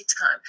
time